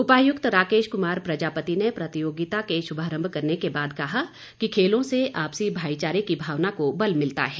उपायुक्त राकेश कुमार प्रजापति ने प्रतियोगिता का शुभारम्भ करने के बाद कहा कि खेलों से आपसी भाईचारे की भावना को बल मिलता है